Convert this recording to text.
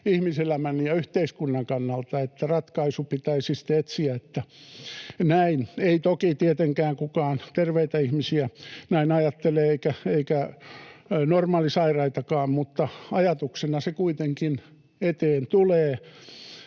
ihmiselämän ja yhteiskunnan kannalta, että ratkaisu pitäisi sitten näin etsiä. Ei toki tietenkään kukaan terveitä ihmisiä näin ajattele eikä normaalisairaitakaan, mutta ajatuksena se kuitenkin eteen tulee.